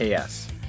ks